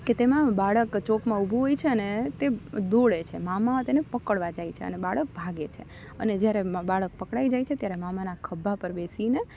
કે તેમાં બાળક ચોકમાં ઊભું હોય છે અને તે દોડે છે મામા તેને પકડવા જાય છે અને બાળક ભાગે છે અને જ્યારે બાળક પકડાઈ જાય છે ત્યારે મામાના ખભા પર બેસીને